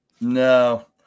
No